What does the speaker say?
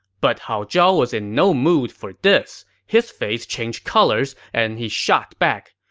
but hao zhao was in no mood for this. his face changed colors and he shot back,